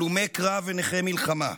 הלומי קרב ונכי מלחמה,